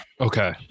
Okay